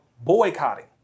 boycotting